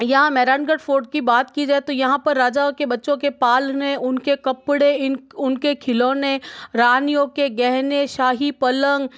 यहाँ मेहरानगढ़ फोर्ट की बात की जाए तो यहाँ पर राजा के बच्चों के पालने उनके कपड़े इन उनके खिलौने रानियों के गहनें शाही पलंग